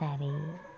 சரி